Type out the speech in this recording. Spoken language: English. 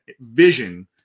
vision